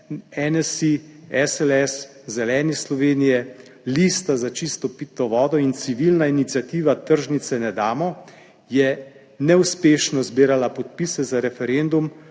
NSi, SLS, Zeleni Slovenije, Lista za čisto pitno vodo in Civilna iniciativa Tržnice ne damo je neuspešno zbirala podpise za referendum